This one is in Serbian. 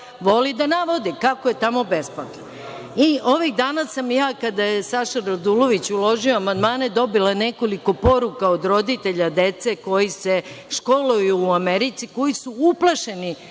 voli da navodi kako je tamo besplatno. Ovih dana sam i ja, kada je Saša Radulović uložio amandmane, dobila nekoliko poruka od roditelja dece koja se školuju u Americi, koji su uplašeni